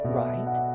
right